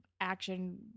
action